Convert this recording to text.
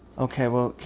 okay, well,